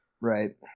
Right